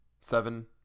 seven